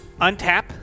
untap